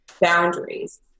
boundaries